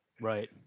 Right